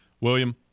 William